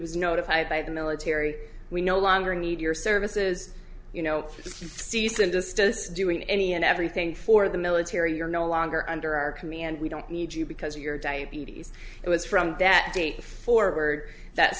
was notified by the military we no longer need your services you know cease and desist us doing any and everything for the military you're no longer under our command we don't need you because of your diabetes it was from that date forward that